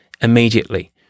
immediately